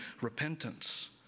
repentance